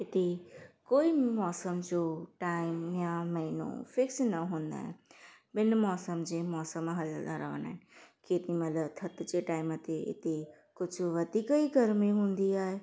हिते कोई मौसम बि जो टाइम या महीनो फिक्स न हूंदा आहिनि बिन मौसम जे मौसम हलंदा रहंदा आहिनि केॾीमहिल थधि जे टाइम ते हिते कुझु वधीक ई गरमी हूंदी आहे